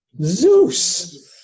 Zeus